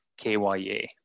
KYA